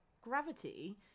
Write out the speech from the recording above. gravity